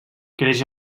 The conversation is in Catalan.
creix